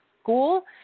school